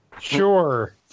sure